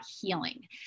healing